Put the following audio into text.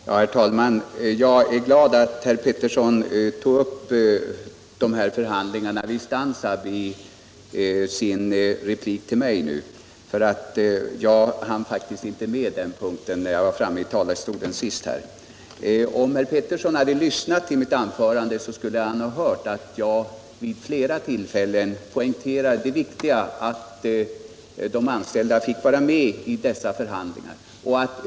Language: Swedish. Herr talman! Jag är glad att herr Pettersson i Lund i sin nya replik till mig tog upp förhandlingarna i Stansaab, eftersom jag faktiskt inte hann gå in på den punkten i mitt senaste inlägg. Om herr Pettersson hade lyssnat på mitt anförande, skulle han ha hört att jag vid flera tillfällen poängterade det viktiga i att de anställda fick vara med i dessa förhandlingar.